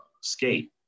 skate